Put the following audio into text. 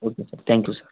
okay sir thank you sir